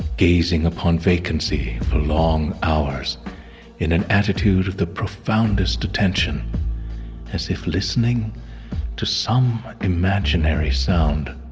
gazing upon vacancy for long hours in an attitude of the profoundest attention as if listening to some imaginary sound.